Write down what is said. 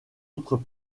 autres